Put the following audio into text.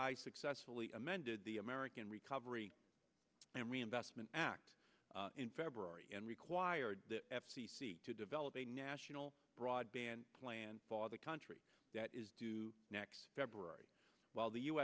i successfully amended the american recovery and reinvestment act in february and required the f c c to develop a national broadband plan for the country that is due next february while the u